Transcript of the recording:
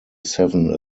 seven